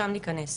שם ניכנס.